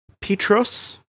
Petros